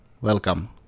Welcome